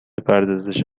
پردازش